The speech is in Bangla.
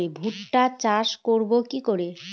ভুট্টা চাষ করব কি করে?